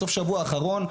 בסוף השבוע האחרון,